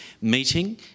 meeting